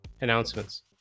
announcements